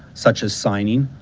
such as signing,